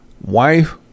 wife